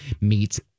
meets